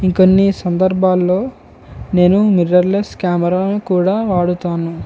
ఇంకా కొన్ని సందర్భాలలో నేను మిర్రర్లెస్ కెమెరాను కూడా వాడుతాను